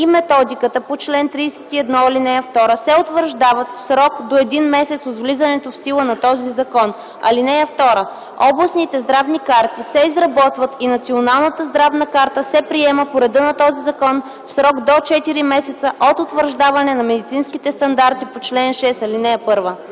и методиката по чл. 31, ал. 2 се утвърждават в срок до един месец от влизането в сила на този закон. (2) Областните здравни карти се изработват и Националната здравна карта се приема по реда на този закон в срок до четири месеца от утвърждаване на медицинските стандарти по чл. 6, ал. 1”.